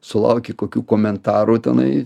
sulauki kokių komentarų tenai